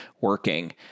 working